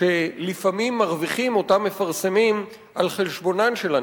שלפעמים מרוויחים אותם מפרסמים על חשבונן של הנשים.